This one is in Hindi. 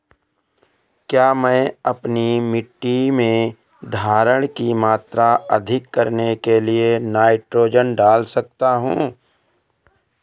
क्या मैं अपनी मिट्टी में धारण की मात्रा अधिक करने के लिए नाइट्रोजन डाल सकता हूँ?